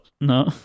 no